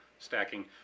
Stacking